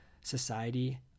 society